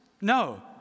No